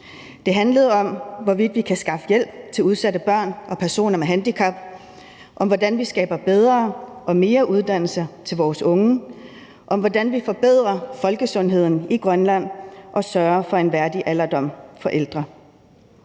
Det handlede om, hvorvidt vi kan skaffe hjælp til udsatte børn og personer med handicap, om, hvordan vi skaber bedre og mere uddannelse til vores unge, og om, hvordan vi forbedrer folkesundheden i Grønland og sørger for en værdig alderdom for ældre.